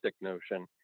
notion